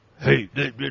hey